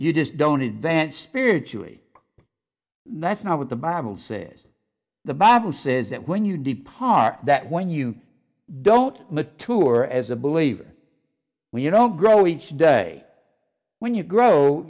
you just don't advance spiritually that's not what the bible says the bible says that when you depart that when you don't mature as a believer when you don't grow each day when you grow